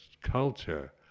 culture